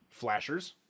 flashers